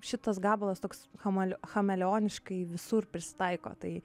šitas gabalas toks chamal chameleoniškai visur prisitaiko tai